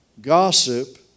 gossip